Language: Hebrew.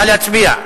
נא להצביע.